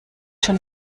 schon